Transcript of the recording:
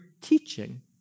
teaching